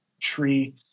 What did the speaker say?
tree